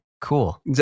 Cool